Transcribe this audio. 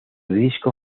disco